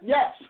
Yes